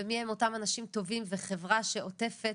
ומי הם אותם אנשים טובים וחברה שעוטפת,